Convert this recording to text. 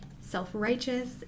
self-righteous